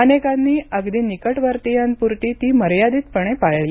अनेकांनी अगदी निकटवर्तियांपुरती ती मर्यादितपणे पाळली